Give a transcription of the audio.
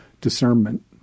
discernment